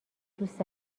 دوست